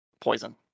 poison